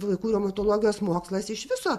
vaikų reumatologijos mokslas iš viso